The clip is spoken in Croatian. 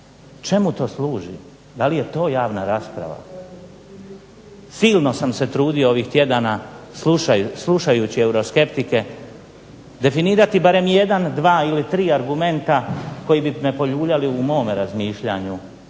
čemu to služi? Da li je to javna rasprava? Silno sam se trudio ovih tjedana, slušajući euroskeptike, definirati barem jedan, dva ili tri argumenta koji bi me poljuljali u mome razmišljanju.